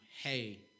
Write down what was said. hey